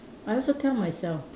I also tell myself